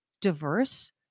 diverse